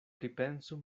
pripensu